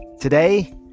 Today